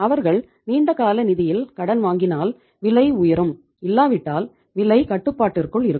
அவர்கள் நீண்டகால நிதியில் கடன் வாங்கினால் விலை உயரும் இல்லாவிட்டால் விலை கட்டுப்பாட்டிற்குள் இருக்கும்